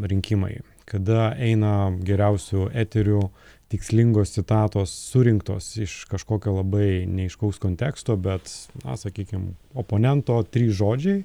rinkimai kada eina geriausiu eteriu tikslingos citatos surinktos iš kažkokio labai neaiškaus konteksto bet sakykim oponento trys žodžiai